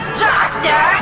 doctor